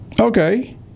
Okay